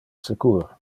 secur